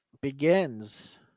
begins